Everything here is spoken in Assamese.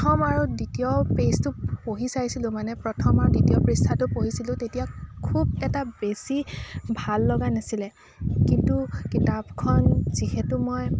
প্ৰথম আৰু দ্বিতীয় পেজটো পঢ়ি চাইছিলোঁ মানে প্ৰথম আৰু দ্ৱিতীয় পৃষ্ঠাটো পঢ়িছিলোঁ তেতিয়া খুব এটা বেছি ভাল লগা নাছিলে কিন্তু কিতাপখন যিহেতু মই